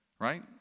right